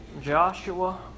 Joshua